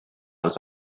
els